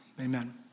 amen